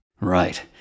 Right